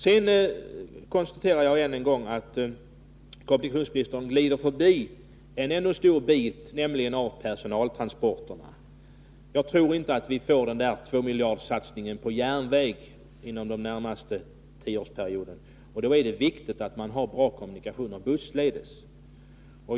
Sedan konstaterar jag än en gång att kommunikationsministern glider förbi ännu en stor bit, nämligen personaltransporterna. Jag tror inte att vi får den där tvåmiljarderssatsningen på järnväg inom den närmaste tioårsperioden, och då är det viktigt att man har bra kommunikationer bussledes.